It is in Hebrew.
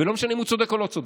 ולא משנה אם הוא צודק או לא צודק,